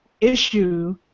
issue